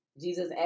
Jesus